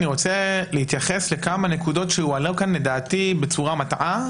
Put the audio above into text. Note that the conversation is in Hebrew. אני רוצה להתייחס לכמה נקודות שהועלו כאן בצורה מטעה,